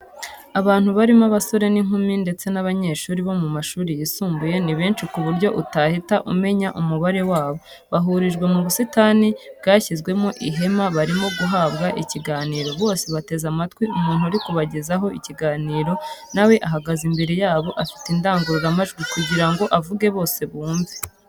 Abantu barimo abasore n'inkumi ndetse n'abanyeshuri bo mu mashuri yisumbuye ni benshi ku buryo utahita umenya umubare wabo, bahurijwe mu busitani bwashyizwemo ihema ,barimo guhabwa ikiganiro , bose bateze amatwi umuntu uri kubagezaho ikiganiro nawe ahagaze imbere yabo afite indangururamajwi kugirango avuge bose bumve.